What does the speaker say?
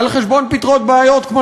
על חשבון פתרון בעיות כמו,